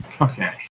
Okay